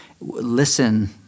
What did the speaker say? listen